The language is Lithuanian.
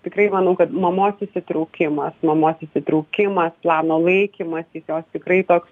tikrai manau kad mamos įsitraukimas mamos įsitraukimas plano laikymasis jos tikrai toks